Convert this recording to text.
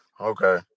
Okay